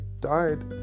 died